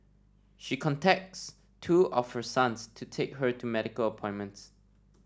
she contacts two of her sons to take her to medical appointments